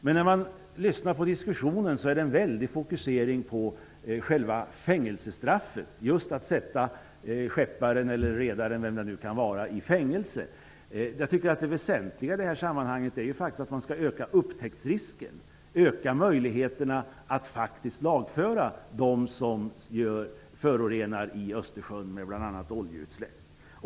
Men när man lyssnar på diskussionen finner man att det är en väldig fokusering på själva fängelsestraffet, just att sätta skepparen, redaren eller vem det kan vara i fängelse. Jag tycker att det väsentliga i det här sammanhanget är att man skall öka upptäcktsrisken, öka möjligheterna att faktiskt lagföra dem som förorenar i Östersjön med bl.a. oljeutsläpp.